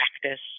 practice